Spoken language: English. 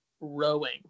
rowing